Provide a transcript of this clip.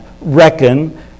reckon